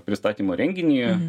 pristatymą renginyje